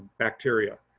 bacteria.